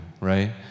right